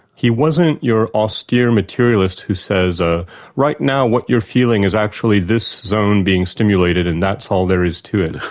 he wasn't your austere materialist, who says, ah right now what you're feeling is actually this zone being stimulated and that's all there is to it.